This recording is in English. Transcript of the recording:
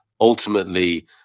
ultimately